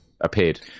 appeared